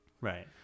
right